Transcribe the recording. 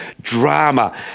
drama